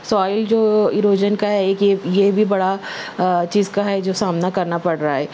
soil جو erosion کا ہے ایک یہ بھی بڑا چیز کا ہے جو سامنا کرنا پڑ رہا ہے